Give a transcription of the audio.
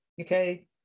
okay